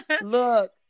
look